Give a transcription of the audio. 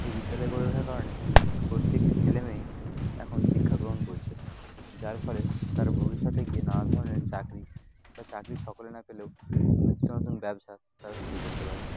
এই বিদ্যালয় গড়ে ওঠার কারণে প্রত্যেকটি ছেলে মেয়েই এখন শিক্ষাগ্রহণ করছে যার ফলে তারা ভবিষ্যতে গিয়ে নানা ধরনের চাকরি বা চাকরি সকলে না পেলেও নিত্য নতুন ব্যবসা তারা শুরু করতে পারছে